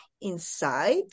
inside